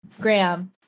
Graham